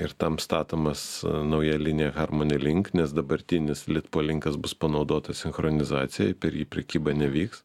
ir tam statomas nauja linija harmoni link nes dabartinis litpolinkas bus panaudotas sinchronizacijai per jį prekyba nevyks